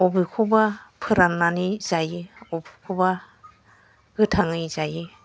अबेखौबा फोराननानै जायो अबेखौबा गोथाङै जायो